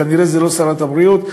כנראה זו לא שרת הבריאות,